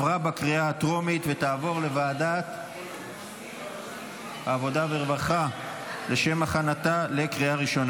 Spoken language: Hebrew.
לוועדת העבודה והרווחה נתקבלה.